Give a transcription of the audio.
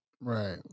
right